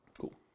Cool